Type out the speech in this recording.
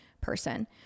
person